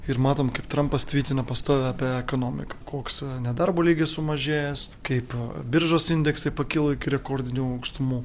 ir matom kaip trampas tvytina pastoviai apie ekonomiką koks nedarbo lygis sumažėjęs kaip biržos indeksai pakilo iki rekordinių aukštumų